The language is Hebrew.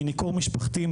מניכור משפחתי,